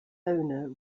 owner